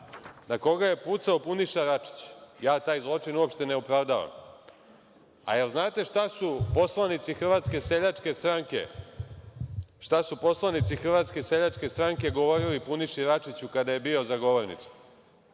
na koga je pucao Puniša Račić. Ja taj zločin uopšte ne opravdavam. Jel znate šta su poslanici Hrvatske seljačke stranke govorili Puniši Račiću kada je bio za govornicom,